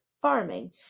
farming